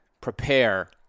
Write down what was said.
prepare